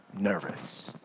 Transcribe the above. nervous